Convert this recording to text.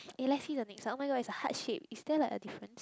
eh let's see the next one oh-my-god it's a heart shape is there like a difference